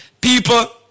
People